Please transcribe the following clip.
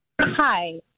Hi